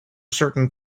certain